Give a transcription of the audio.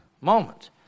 moment